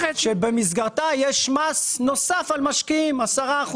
שבמסגרתה יש מס נוסף על משקיעים; 8% ו-10%,